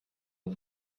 man